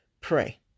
pray